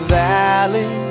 valley